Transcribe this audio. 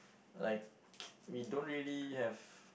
like we don't really have